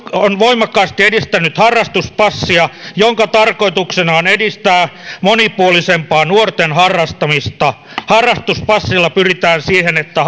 on voimakkaasti edistänyt harrastuspassia jonka tarkoituksena on edistää monipuolisempaa nuorten harrastamista harrastuspassilla pyritään siihen että